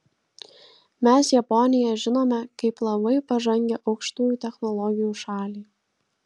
mes japoniją žinome kaip labai pažangią aukštųjų technologijų šalį